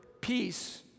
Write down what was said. peace